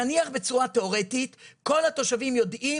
נניח בצורה תיאורטית כל התושבים יודעים